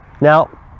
Now